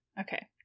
Okay